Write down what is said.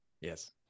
yes